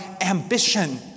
ambition